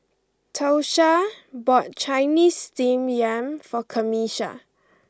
Tosha bought Chinese Steamed Yam for Camisha